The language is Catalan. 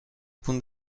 punt